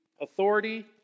authority